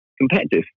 competitive